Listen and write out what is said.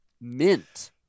mint